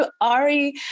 Ari